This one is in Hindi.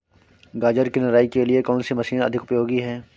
गाजर की निराई के लिए कौन सी मशीन अधिक उपयोगी है?